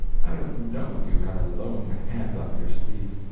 i'd have known you had a lone hand up your sleeve.